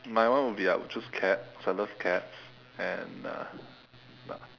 my one would be I would choose cat cause I love cats and uh